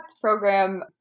program